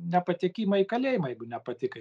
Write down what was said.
nepatekimą į kalėjimą jeigu nepatikai